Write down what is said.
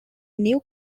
new